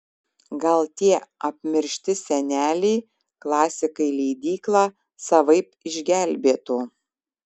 gal tie apmiršti seneliai klasikai leidyklą savaip išgelbėtų